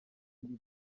akaba